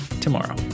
tomorrow